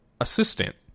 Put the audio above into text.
assistant